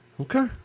Okay